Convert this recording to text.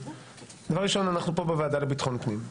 דבר ראשון אנחנו פה בוועדה לביטחון פנים.